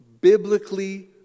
biblically